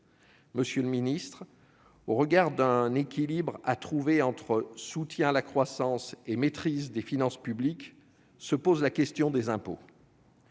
Monsieur le ministre, au regard d'un équilibre à trouver entre soutien à la croissance et maîtrise des finances publiques, la question des impôts